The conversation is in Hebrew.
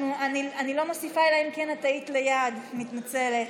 אני לא מוסיפה אלא אם כן היית ליד, מתנצלת.